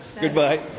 Goodbye